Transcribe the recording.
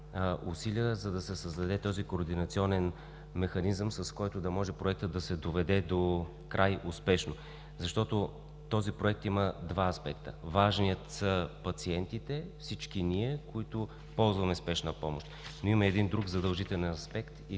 усилия, за да се създаде този координационен механизъм, с който да може Проектът да се доведе докрай успешно. Този проект има два аспекта – важни са пациентите, всички ние, които ползваме спешна помощ. Но има друг задължителен аспект